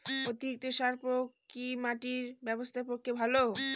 অতিরিক্ত সার প্রয়োগ কি মাটির স্বাস্থ্যের পক্ষে ভালো?